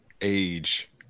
age